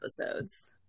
episodes